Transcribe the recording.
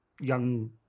young